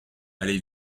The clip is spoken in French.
allez